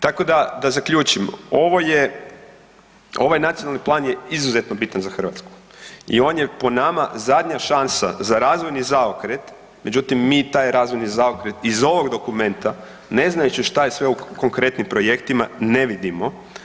Tako da, da zaključim, ovo je, ovaj nacionalni plan je izuzetno bitan za Hrvatsku i on je po nama zadnja šansa za razvojni zaokret, međutim mi taj razvojni zaokret iz ovog dokumenta ne znajući šta je sve u konkretnim projektima ne vidimo.